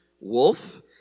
wolf